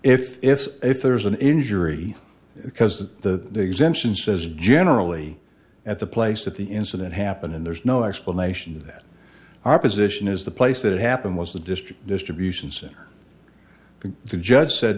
if if if there's an injury because the exemption says generally at the place that the incident happen and there's no explanation of that our position is the place that it happened was the district distribution center the judge said